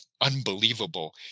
unbelievable